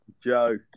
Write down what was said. Joe